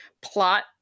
plot